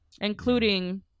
including